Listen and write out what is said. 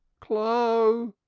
clo'!